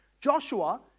Joshua